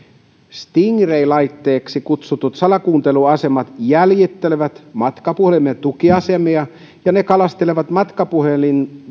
stingray laitteiksi kutsutut salakuunteluasemat jäljittelevät matkapuhelimien tukiasemia ja ne kalastelevat matkapuhelimien